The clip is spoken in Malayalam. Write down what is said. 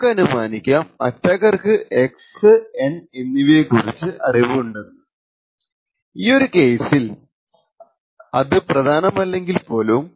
നമുക്കനുമാനിക്കാം അറ്റാക്കർക്കു xn എന്നിവയെകുറിച്ചു അറിവ് ഉണ്ടെന്നു ഈയൊരു കേസിൽ അത് പ്രധാനമല്ലെങ്കിൽ പോലും